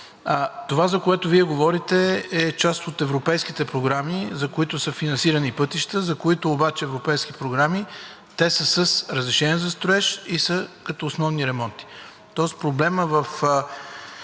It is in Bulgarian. Това, което Вие говорите, е за част от европейските програми, по които са финансирани пътища, за които обаче има европейски програми, те са с разрешение за строеж и са като основни ремонти. Тоест, проблемът в